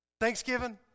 Thanksgiving